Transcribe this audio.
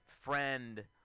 friend